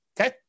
Okay